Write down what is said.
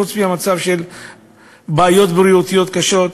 חוץ מהבעיות הבריאותיות הקשות,